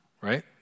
right